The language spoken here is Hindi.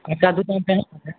अच्छा दुकान पर हैं